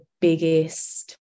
biggest